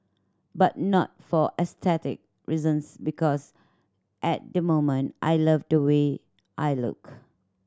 but not for aesthetic reasons because at the moment I love the way I look